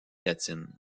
latine